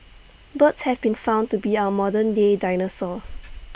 birds have been found to be our modern day dinosaurs